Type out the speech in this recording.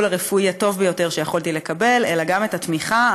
הרפואי הטוב ביותר שיכולתי לקבל אלא גם את התמיכה,